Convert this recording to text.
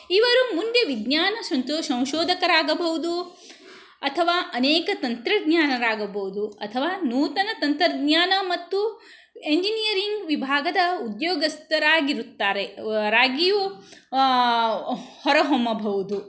ಇವರು ಮುಂದೆ ವಿಜ್ಞಾನ ಸಂತೋಷ ಸಂಶೋಧಕರಾಗಬೌದು ಅಥವಾ ಅನೇಕ ತಂತ್ರಜ್ಞಾನರಾಗಬೌದು ಅಥವಾ ನೂತನ ತಂತ್ರಜ್ಞಾನ ಮತ್ತು ಎಂಜಿನಿಯರಿಂಗ್ ವಿಭಾಗದ ಉದ್ಯೋಗಸ್ಥರಾಗಿರುತ್ತಾರೆ ರಾಗಿಯೂ ಹೊರಹೊಮ್ಮಬೌದು